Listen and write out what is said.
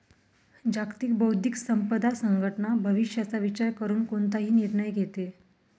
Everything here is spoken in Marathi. जागतिक बौद्धिक संपदा संघटना भविष्याचा विचार करून कोणताही निर्णय घेते